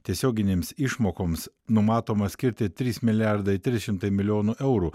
tiesioginėms išmokoms numatoma skirti trys milijardai trys šimtai milijonų eurų